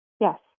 Yes